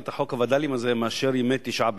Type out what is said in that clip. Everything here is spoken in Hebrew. את חוק הווד"לים הזה מאשר ימי תשעה